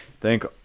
thank